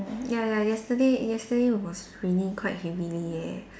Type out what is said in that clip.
ya ya yesterday yesterday was raining quite heavily yeah